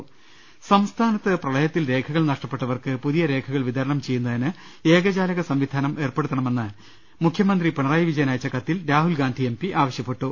്്്്്്്് സംസ്ഥാനത്ത് പ്രളയത്തിൽ രേഖകൾ നഷ്ടപ്പെട്ടവർക്ക് പുതിയ രേഖ കൾ വിതരണം ചെയ്യുന്നതിന് ഏകജാലകസംവിധാനം ഏർപ്പെടുത്തണമെന്ന് മുഖ്യ മന്ത്രി പിണറായി വിജയന് അയച്ച കത്തിൽ രാഹുൽഗാന്ധി ആവശ്യപ്പെട്ടു